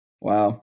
wow